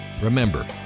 Remember